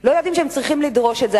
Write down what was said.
לא יודעים שהם צריכים לדרוש את זה.